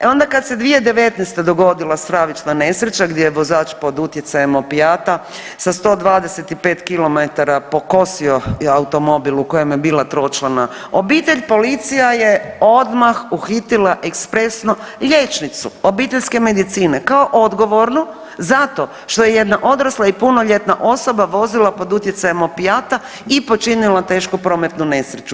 E onda kada se 2019.g. dogodila stravična nesreće gdje vozač pod utjecajem opijata sa 125 km pokosio automobil u kojem je bila tročlana obitelj, policija je odmah uhitila ekspresno liječnicu obiteljske medicine kao odgovornu zato što je jedna odrasla i punoljetna osoba vozila pod utjecajem opijata i počinila tešku prometnu nesreću.